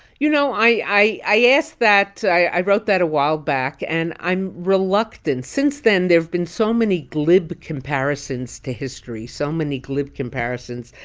you know, i i asked that i wrote that a while back, and i'm reluctant. since then, there have been so many glib comparisons to history, so many glib comparisons.